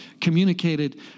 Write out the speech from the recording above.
communicated